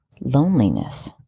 loneliness